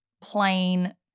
plain